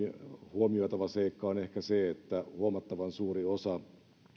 huomioitava seikka on ehkä se että huomattavan suuri osa